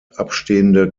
abstehende